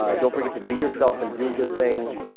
ah don't forget to be yourself and do good things.